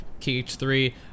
KH3